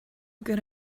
good